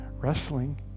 wrestling